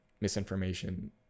misinformation